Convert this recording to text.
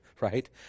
right